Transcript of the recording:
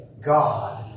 God